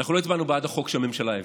אנחנו לא הצבענו בעד החוק שהממשלה הביאה,